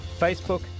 Facebook